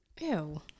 Ew